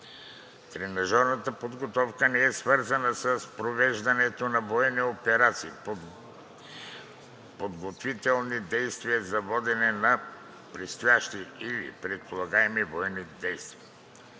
Тренажорната подготовка не е свързана с провеждането на военни операции, подготвителни действия за водене на предстоящи или предполагаеми военни действия,